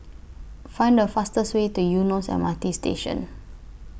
Find The fastest Way to Eunos M R T Station